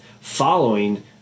following